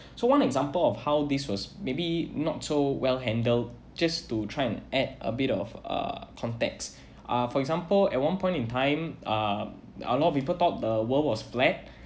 so one example of how this was maybe not so well handled just to try and add a bit of uh context uh for example at one point in time uh a lot of people thought the world was flat